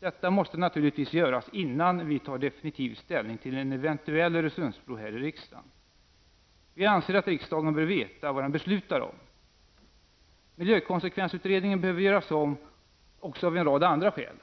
Detta måste naturligtvis göras innan vi här i riksdagen tar definitiv ställning till en eventuell Öresundsbro. Vi anser att riksdagen bör veta vad den beslutar om! Miljökonsekvensutredningen behöver göras om också av en rad andra skäl.